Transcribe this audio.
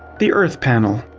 the earth panel.